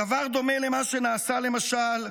הדבר דומה למה שנעשה, למשל,